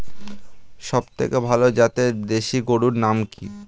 সবথেকে ভালো জাতের দেশি গরুর নাম কি?